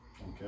Okay